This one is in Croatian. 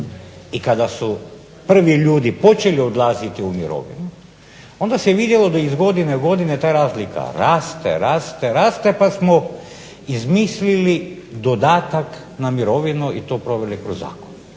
I kada su prvi ljudi počeli odlaziti u mirovinu onda se vidjelo da iz godine u godinu ta razlika raste, raste, raste pa smo izmislili dodatak na mirovinu i to proveli kroz zakon.